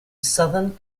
southern